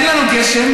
אין לנו גשם,